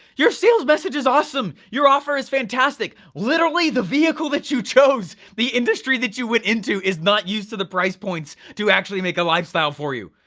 your sales message is awesome, your offer is fantastic, literally the vehicle that you chose, the industry that you went into is not used to the price points to actually make a lifestyle for you.